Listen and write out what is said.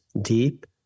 deep